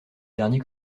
derniers